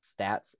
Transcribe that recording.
stats